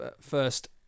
first